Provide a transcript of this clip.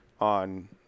on